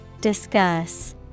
Discuss